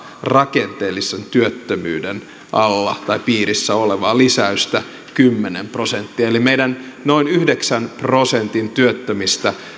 rakenteellisen työttömyyden piirissä olevaa lisäystä kymmenen prosenttia eli meidän noin yhdeksän prosentin työttömyydestä